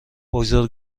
بگذار